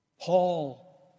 Paul